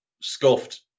scuffed